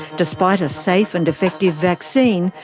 despite a safe and effective vaccine,